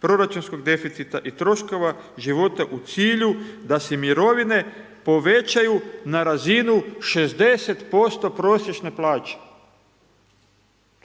proračunskog deficita i troškova života u cilju da se mirovine povećaju na razinu 60% prosječne plaće.